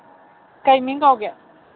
ꯀꯔꯤ ꯃꯤꯡ ꯀꯧꯒꯦ